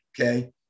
okay